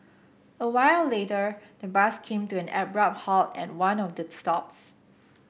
a while later the bus came to an abrupt halt at one of the stops